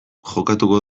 jokatuko